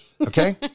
okay